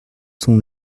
sont